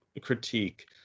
critique